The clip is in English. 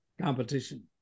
competition